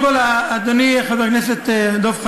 אנחנו מגיעים לשיח מאוד מאוד ירוד.